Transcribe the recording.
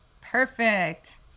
Perfect